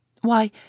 Why